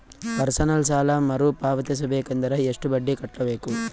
Personal ಸಾಲ ಮರು ಪಾವತಿಸಬೇಕಂದರ ಎಷ್ಟ ಬಡ್ಡಿ ಕಟ್ಟಬೇಕು?